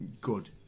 good